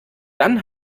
dann